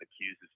accuses